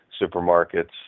supermarkets